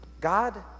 God